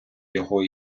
його